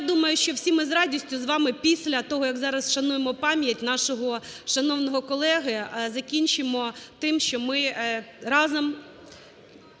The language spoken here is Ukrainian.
Дякую